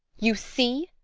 you see!